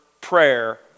prayer